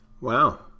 Wow